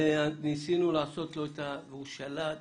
והוא שלט בדברים,